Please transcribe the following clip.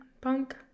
punk